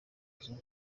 nzu